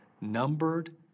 Numbered